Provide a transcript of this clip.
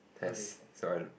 test so I do